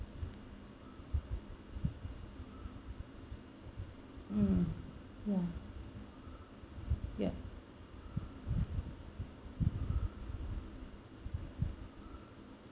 um ya yup